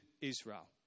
Israel